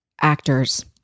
actors